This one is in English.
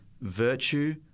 virtue